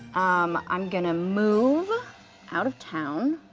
um, i'm gonna move out of town,